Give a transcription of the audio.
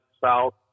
south